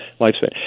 lifespan